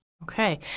Okay